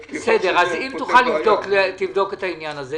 בסדר, אם תוכל לבדוק את העניין הזה.